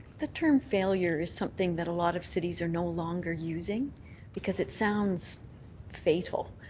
the term failure is something that a lot of cities are no longer using because it sounds fatal.